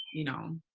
you know,